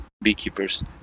beekeepers